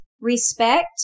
Respect